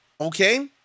okay